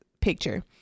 picture